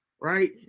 right